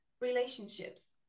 relationships